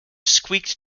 squeaked